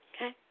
Okay